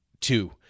Two